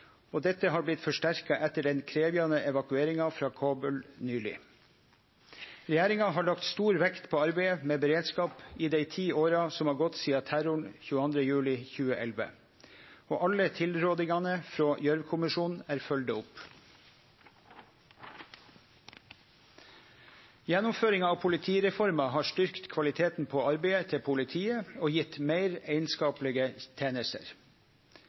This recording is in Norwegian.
og partnarar, og dette har blitt forsterka etter den krevjande evakueringa frå Kabul nyleg. Regjeringa har lagt stor vekt på arbeidet med beredskap i dei ti åra som har gått sidan terroren 22. juli 2011, og alle tilrådingane frå Gjørv-kommisjonen er følgde opp. Gjennomføringa av politireforma har styrkt kvaliteten på arbeidet til politiet og gjeve meir einskaplege tenester.